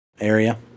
area